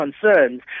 concerns